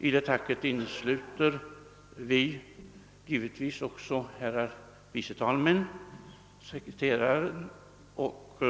I det tacket innesluter vi givetvis också herrar vice talmän, sekreteraren och